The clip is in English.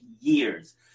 years